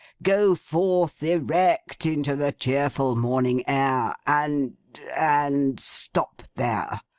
go forth erect into the cheerful morning air, and and stop there.